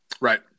Right